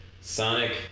Sonic